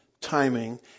timing